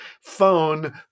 phone